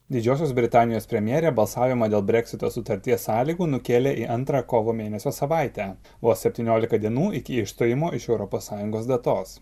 didžiosios britanijos premjerė balsavimą dėl breksito sutarties sąlygų nukėlė į antrą kovo mėnesio savaitę vos septynioliką dienų iki išstojimo iš europos sąjungos datos